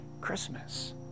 Christmas